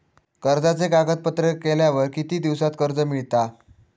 कर्जाचे कागदपत्र केल्यावर किती दिवसात कर्ज मिळता?